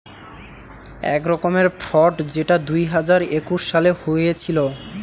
এক রকমের ফ্রড যেটা দুই হাজার একুশ সালে হয়েছিল